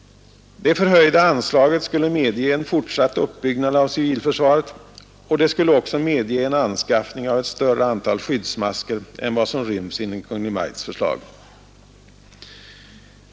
Det förhöjda anslaget skulle medge en fortsatt uppbyggnad av civilförsvaret, och det skulle också medge en anskaffning av ett högre antal skyddsmasker än vad som ryms inom Kungl. Maj:ts förslag.